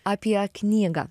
apie knygą